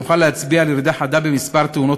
נוכל להצביע על ירידה חדה במספר תאונות